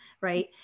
right